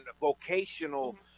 vocational